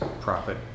profit